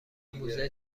موزه